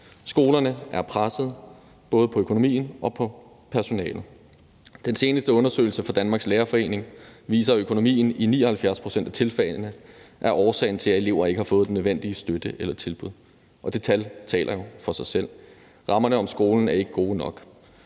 Skolerne er presset både på økonomien personale. Den seneste undersøgelse fra Danmarks Lærerforening viser, at økonomien i 79 pct. af tilfældene er årsagen til, at elever ikke har fået den nødvendige støtte eller tilbud, og det tal taler jo for sig selv. Rammerne om skolen er ikke gode nok,